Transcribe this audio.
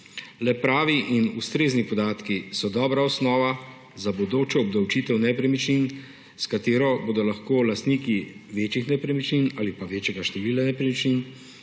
Le pravi in ustrezni podatki so dobra osnova za bodočo obdavčitev nepremičnin, s katero bodo lahko lastniki večjih nepremičnin ali večjega števila nepremičnin